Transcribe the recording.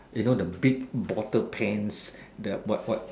you know the big bottle pants the what what